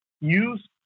use